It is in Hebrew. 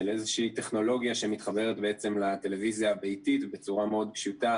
איזו טכנולוגיה שמתחברת לטלוויזיה הביתית ובצורה פשוטה מאוד